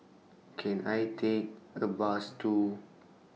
Can I Take A Bus to